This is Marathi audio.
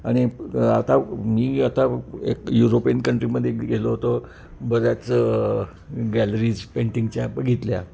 आणि आता मी आता एक युरोपियन कंट्रीमध्ये गेलो होतो बऱ्याच गॅलरीज पेंटिंगच्या बघितल्या